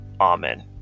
Amen